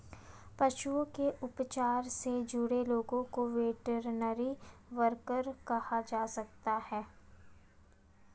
पशुओं के उपचार से जुड़े लोगों को वेटरनरी वर्कर कहा जा सकता है